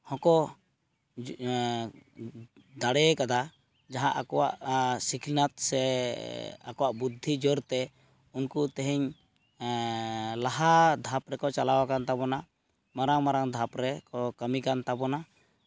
ᱦᱚᱸᱠᱚ ᱫᱟᱲᱮᱭ ᱠᱟᱫᱟ ᱡᱟᱦᱟᱸ ᱟᱠᱚᱣᱟᱜ ᱥᱤᱠᱷᱱᱟᱹᱛ ᱥᱮ ᱟᱠᱚᱣᱟᱜ ᱵᱩᱫᱽᱫᱷᱤ ᱡᱳᱨᱛᱮ ᱩᱱᱠᱩ ᱛᱮᱦᱮᱧ ᱞᱟᱦᱟ ᱫᱷᱟᱯ ᱨᱮᱠᱚ ᱪᱟᱞᱟᱣ ᱟᱠᱟᱱ ᱛᱟᱵᱚᱱᱟ ᱢᱟᱨᱟᱝ ᱢᱟᱨᱟᱝ ᱫᱷᱟᱯ ᱨᱮᱠᱚ ᱠᱟᱹᱢᱤ ᱠᱟᱱ ᱛᱟᱵᱚᱱᱟ